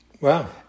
Wow